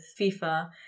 FIFA